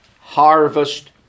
harvest